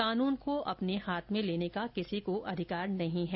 कोनून को अपने हाथ में लेने का किसी को अधिकारी नहीं है